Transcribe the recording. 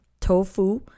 tofu